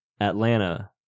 Atlanta